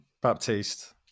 Baptiste